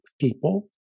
people